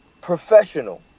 professional